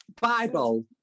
Bible